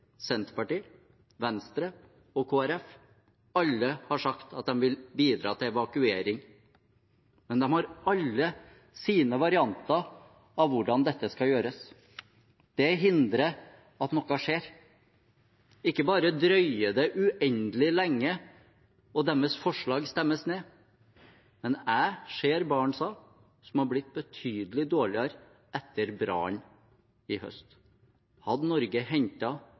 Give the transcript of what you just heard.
Senterpartiet, Venstre og Kristelig Folkeparti alle har sagt at de vil bidra til evakuering, men de har alle sine varianter av hvordan dette skal gjøres. Det hindrer at noe skjer. Ikke bare drøyer det uendelig lenge, og deres forslag stemmes ned, men jeg ser barn, sa hun, som har blitt betydelig dårligere etter brannen i høst. Hadde Norge